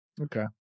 Okay